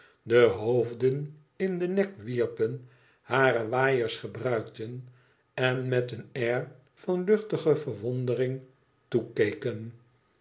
de hoofden in den nek wierpen hare waaiers gebruikten en met een air van luchtige verwondering toekeken